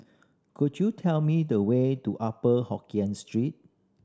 could you tell me the way to Upper Hokkien Street